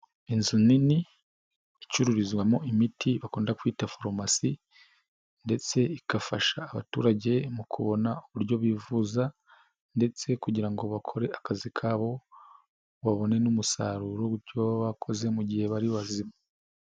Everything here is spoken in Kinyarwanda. Inzu nini icururizwamo imiti bakunda kwita foromasi ndetse igafasha abaturage mu kubona uburyo bivuza ndetse kugira ngo bakore akazi kabo, babone n'umusaruro w'uburyo baba bakoze mu gihe bari bazima.